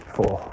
Four